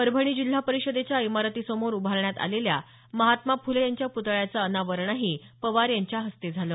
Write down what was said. परभणी जिल्हा परिषदेच्या इमारतीसमोर उभारण्यात आलेल्या महात्मा फुले यांच्या प्रतळ्याचं अनावरणही पवार यांच्या हस्ते झालं